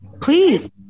please